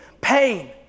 pain